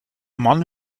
mann